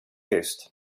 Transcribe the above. used